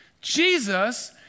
Jesus